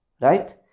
Right